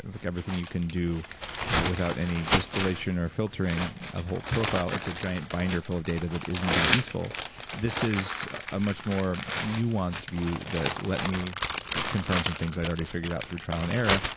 like everything you can do without any distillation or filtering. i've the whole profile. it's a giant binder full of data that isn't that useful this is a much more nuanced view that let me confirm some things i'd already figured out through trial and error,